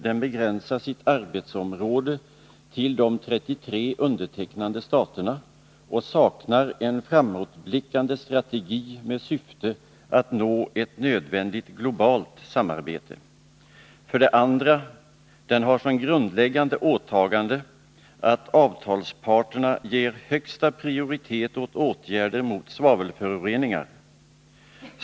Den begränsar sitt arbetsområde till de 33 undertecknande staterna och saknar en framåtblickande strategi med syfte att nå ett nödvändigt globalt samarbete. 2. Den har som grundläggande åtagande att avtalsparterna ger högsta prioritet åt åtgärder mot svavelföroreningar.